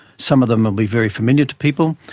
some of them will be very familiar to people,